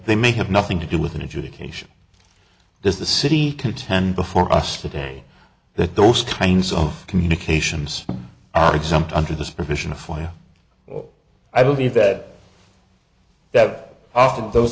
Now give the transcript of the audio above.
they may have nothing to do with an education does the city contend before us today that those kinds of communications are exempt under this provision of fire or i believe that that often those